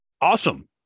Awesome